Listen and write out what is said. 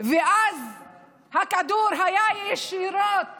ואז הכדור פגע ישירות